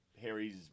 Harry's